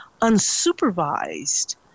unsupervised